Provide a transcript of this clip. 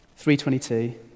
322